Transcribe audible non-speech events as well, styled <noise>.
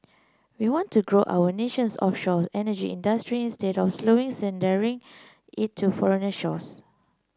we want to grow our nation's offshore energy industry instead of slowly <unintelligible> it to foreign shores